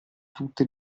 tutto